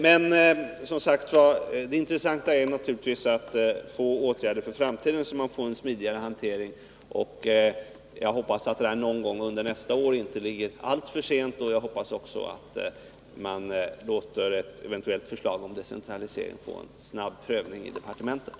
Men, som sagt, det intressanta är naturligtvis att det i framtiden blir en smidigare hantering. Jag hoppas att ett eventuellt förslag om decentralisering inte kommer alltför sent nästa år och att det då får en skyndsam prövning i departementet.